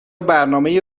برنامه